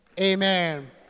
Amen